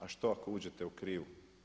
A što ako uđete u krivu?